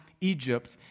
Egypt